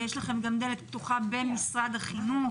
ויש לכם גם דלת פתוחה במשרד החינוך.